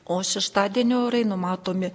o šeštadienio orai numatomi